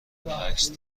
عکس